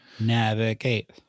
Navigate